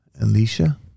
Alicia